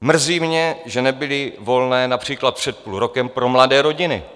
Mrzí mě, že nebyly volné například před půl rokem pro mladé rodiny.